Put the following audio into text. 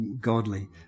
godly